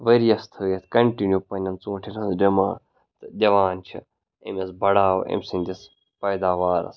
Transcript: ؤرۍ یَس تھٲیِتھ کَنٹِنیوٗ پنٛنٮ۪ن ژوٗنٛٹھٮ۪ن ہٕنٛز ڈٮ۪مانٛڈ تہٕ دِوان چھِ أمِس بَڑاو أمۍ سٕنٛدِس پیداوارَس